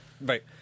right